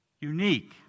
unique